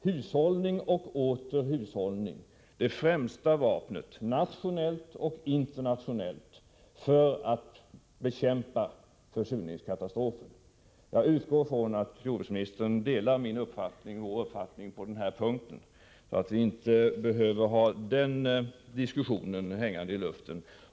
Hushållning och åter hushållning är därför det främsta vapnet, nationellt och internationellt, för att bekämpa försurningskatastrofen. Jag utgår från att jordbruksministern delar vår uppfattning på den punkten, så att vi inte behöver ha den diskussionen hängande i luften.